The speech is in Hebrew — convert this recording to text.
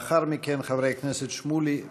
חברי הכנסת שמולי וחנין.